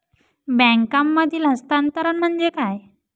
बँकांमधील हस्तांतरण म्हणजे काय?